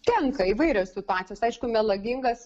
tenka įvairios situacijos aišku melagingas